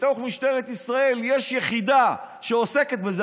בתוך משטרת ישראל יש יחידה שעוסקת בזה,